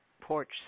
porch